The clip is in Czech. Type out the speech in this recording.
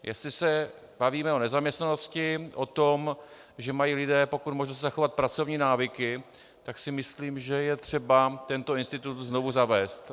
Jestli se bavíme o nezaměstnanosti, o tom, že si lidé mají pokud možno si zachovat pracovní návyky, tak si myslím, že je třeba tento institut znovu zavést.